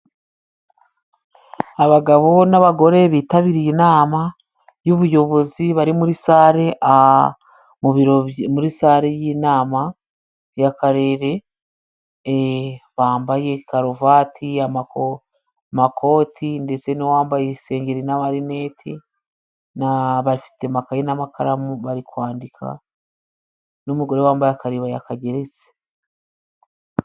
Abagabo n'abagore bitabiriye inama y'ubuyobozi bari muri sale muri sale y'inama y'akarere. Bambaye karuvati, amakoti, ndetse n'uwambaye isengeri n'amarineti n'abafite amakayi n'amakaramu, bari kwandika n'umugore wambaye akaribaya kageretse.